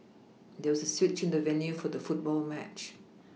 there was a switch in the venue for the football match